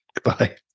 Goodbye